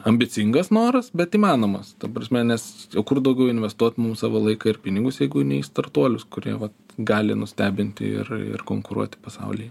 ambicingas noras bet įmanomas ta prasme nes kur daugiau investuot mums savo laiką ir pinigus jeigu ne į startuolius kurie vat gali nustebinti ir ir konkuruoti pasaulyje